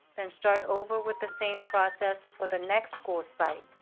then start over with the same process for the next school site,